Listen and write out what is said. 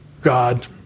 God